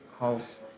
house